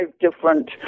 different